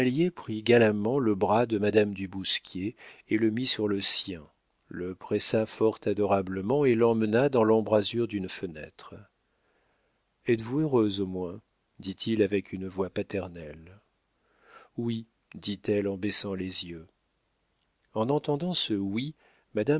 prit galamment le bras de madame du bousquier et le mit sur le sien le pressa fort adorablement et l'emmena dans l'embrasure d'une fenêtre êtes-vous heureuse au moins dit-il avec une voix paternelle oui dit-elle en baissant les yeux en entendant ce oui madame